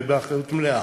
ובאחריות מלאה: